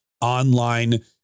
online